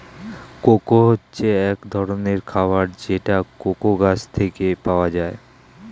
cocoa হচ্ছে এক ধরনের খাবার যেটা কোকো গাছ থেকে পাওয়া যায়